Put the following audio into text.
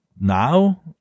now